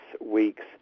week's